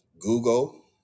Google